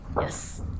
Yes